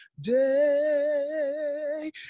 day